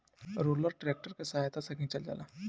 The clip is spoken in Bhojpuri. रोलर ट्रैक्टर के सहायता से खिचल जाला